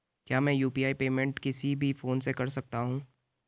क्या मैं UPI payment किसी भी फोन से कर सकता हूँ?